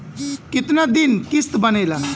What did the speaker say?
कितना दिन किस्त बनेला?